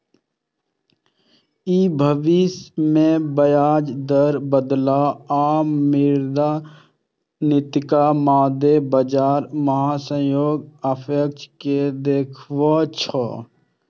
ई भविष्य मे ब्याज दर बदलाव आ मौद्रिक नीतिक मादे बाजार सहभागीक अपेक्षा कें देखबै छै